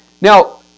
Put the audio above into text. Now